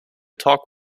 talk